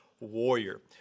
warrior